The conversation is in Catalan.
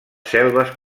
selves